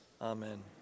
Amen